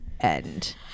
end